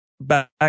back